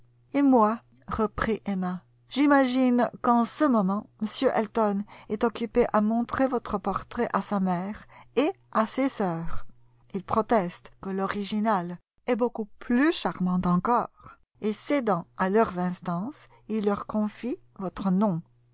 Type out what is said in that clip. et moi reprit emma j'imagine qu'en ce moment m elton est occupé à montrer votre portrait à sa mère et à ses sœurs il proteste que l'original est beaucoup plus charmant encore et cédant à leurs instances il leur confie votre nom